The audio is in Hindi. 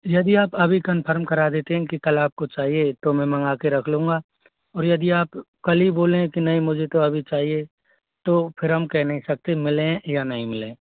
यदि आप अभी कन्फर्म करा देते हैं कि कल आपको चाहिए तो मैं मंगा के रख लूँगा और यदि आप कल ही बोले कि नहीं कि मुझे तो अभी चाहिए तो फिर हम कह नहीं सकते मिलें या नहीं मिलें